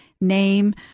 name